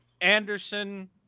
Anderson